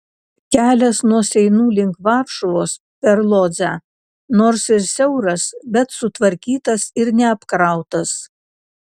kelias nuo seinų link varšuvos per lodzę nors ir siauras bet sutvarkytas ir neapkrautas